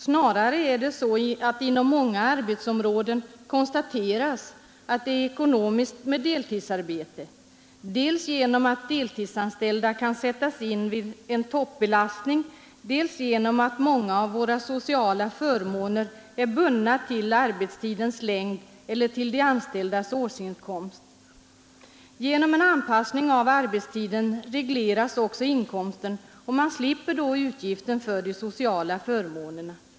Snarare är det så att inom många arbetsområden konstateras att det är ekonomiskt lönande med deltidsarbete dels genom att deltidsanställda kan sättas in vid en toppbelastning, dels genom att många av våra sociala förmåner är bundna till arbetstidens längd eller till de anställdas årsinkomst. Genom en anpassning av arbetstiden regleras också inkomsten och man slipper då utgifter för de sociala förmånerna.